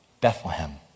Bethlehem